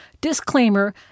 disclaimer